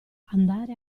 andare